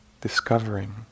discovering